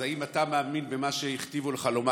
זה אם אתה מאמין במה שהכתיבו לך לומר.